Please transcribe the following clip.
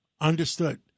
Understood